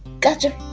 Gotcha